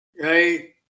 Right